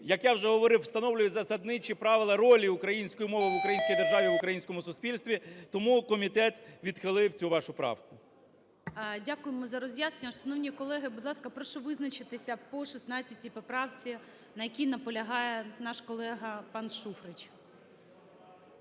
як я вже говорив, встановлює засадничі правила, ролі української мови в українській державі, в українському суспільстві. Тому комітет відхилив цю вашу правку. ГОЛОВУЮЧИЙ. Дякуємо за роз'яснення. Шановні колеги, будь ласка, прошу визначитися по 16 поправці, на якій наполягає наш колега пан Шуфрич.